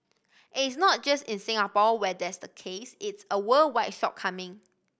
and it's not just in Singapore where that's the case it's a worldwide shortcoming